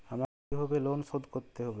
আমাকে কিভাবে লোন শোধ করতে হবে?